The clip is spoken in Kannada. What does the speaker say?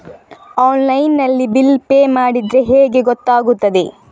ಆನ್ಲೈನ್ ನಲ್ಲಿ ಬಿಲ್ ಪೇ ಮಾಡಿದ್ರೆ ಹೇಗೆ ಗೊತ್ತಾಗುತ್ತದೆ?